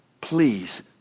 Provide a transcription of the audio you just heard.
please